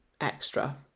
extra